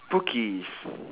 cookies